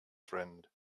friend